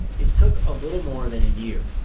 it took a little more than a year,